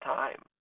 time